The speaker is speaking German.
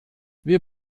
wir